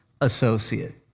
associate